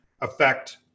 affect